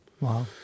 Wow